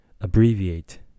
abbreviate